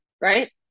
Right